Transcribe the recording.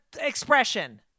expression